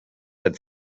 had